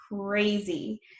crazy